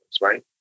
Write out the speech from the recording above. right